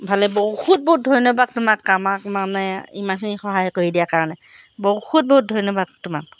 ভালে বহুত বহুত ধন্যবাদ তোমাক আমাক মানে ইমানখিনি সহায় কৰি দিয়াৰ কাৰণে বহুত বহুত ধন্যবাদ তোমাক